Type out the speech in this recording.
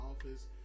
office